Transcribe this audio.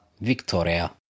Victoria